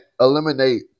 eliminate